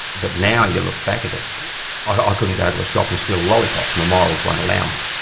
but now you look back at it ah couldn't go to a shop and steal a lollypop, my morals won't allow me.